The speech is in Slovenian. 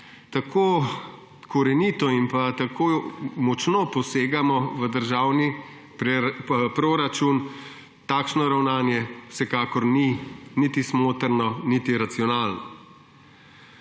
tako korenito in tako močno posegamo v državni proračun, takšno ravnanje vsekakor ni niti smotrno niti racionalno.